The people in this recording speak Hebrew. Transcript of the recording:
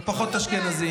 אבל פחות אשכנזי.